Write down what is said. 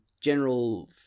general